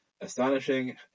astonishing